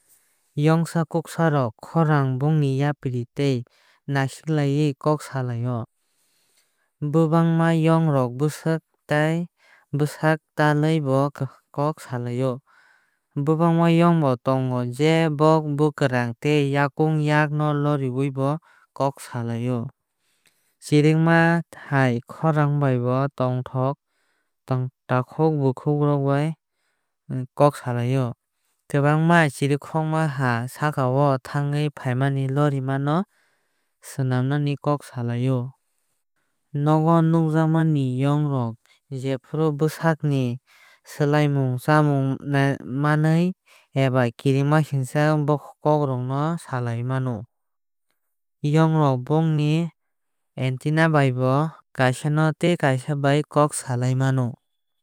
Yongsa kuksa rok khorang bongni yapri tei naisiklaai ui kok salaio. Kwbangma yong rok bwsak bai bwsak talaaiui bo kok saalaai o. Kwbangma yong bo tongo je bong bwkrang tei yakung yak no lorirui bo kok saalaai o. Chirikhókma hai khorang bai bo bongni takhuk bukhukrok bai kok saalaai o. Kwbangma chirikhokrok ha sakao thwngwi phaimani lorima no swnamwi kok salaio. Nogo nukjaknai yong rok jephru bwsakni swlaimung chamungni manwirok eba kirimasingcha kokrokno saalaai mano. Yong rok bongi antenna bai bo kaaisa no kaaisa kok saalaai o.